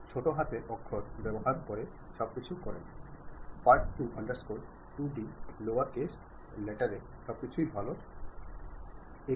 ചില സാഹചര്യങ്ങളിൽ അത്ഭുതങ്ങളും സംഭവിച്ചേക്കാം നിങ്ങൾ ഒരു സന്ദേശം അയക്കുമ്പോൾ അപ്പോഴത്തെ സാഹചര്യവും ഒരു കാരണമായേക്കാം